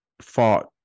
fought